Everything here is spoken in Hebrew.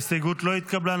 ההסתייגות לא התקבלה.